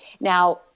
Now